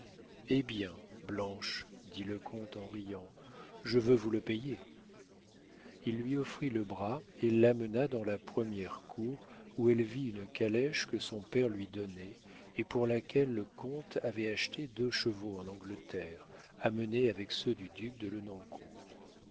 hé bien blanche dit le comte en riant je veux vous le payer il lui offrit le bras et l'amena dans la première cour où elle vit une calèche que son père lui donnait et pour laquelle le comte avait acheté deux chevaux en angleterre amenés avec ceux du duc de